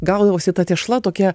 gaudavosi ta tešla tokia